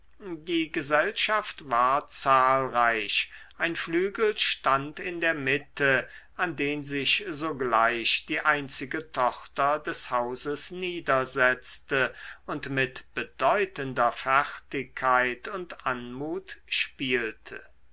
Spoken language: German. die gesellschaft war zahlreich ein flügel stand in der mitte an den sich sogleich die einzige tochter des hauses niedersetzte und mit bedeutender fertigkeit und anmut spielte